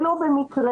ולא במקרה.